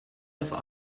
have